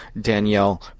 Danielle